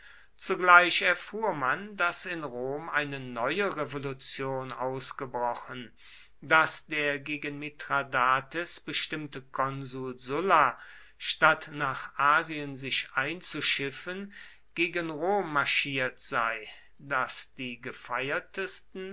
zugleich erfuhr man daß in rom eine neue revolution ausgebrochen daß der gegen mithradates bestimmte konsul sulla statt nach asien sich einzuschiffen gegen rom marschiert sei daß die gefeiertsten